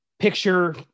picture